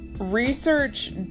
research